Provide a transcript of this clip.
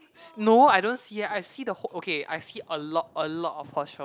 no I don't see eh I see the whole okay I see a lot a lot of Herschel